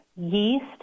yeast